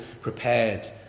prepared